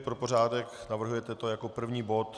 Pro pořádek, navrhujete to jako první bod?